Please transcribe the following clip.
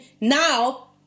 now